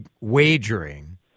wagering